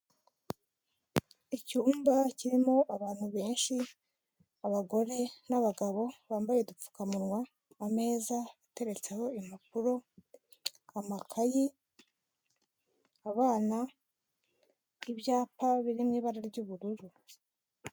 Icyumba kirimo abantu benshi; abagore n'abagabo bambaye udupfukamunwa, ameza ateretseho impapuro, amakayi, abana, ibyapa biri mu ibara ry'ubururu.